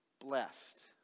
Blessed